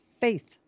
faith